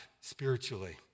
spiritually